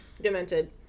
Demented